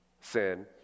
sin